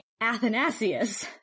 Athanasius